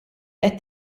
qed